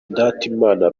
ndatimana